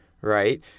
right